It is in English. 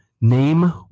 Name